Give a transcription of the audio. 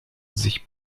sich